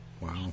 Wow